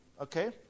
Okay